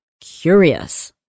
curious